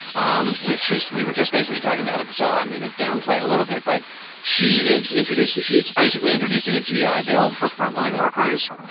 um which is we were just basically talking about it. but so i'm going to downplay it a little bit. but she is introduced. she is basically introducing a g i. bill for frontline workers,